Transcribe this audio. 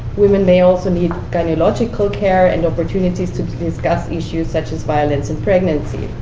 women may also need gynecological care, and opportunities to to discuss issues such as violence and pregnancy.